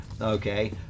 okay